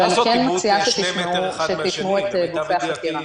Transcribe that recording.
אני מציעה שתשמעו את גופי החקירה.